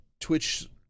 Twitch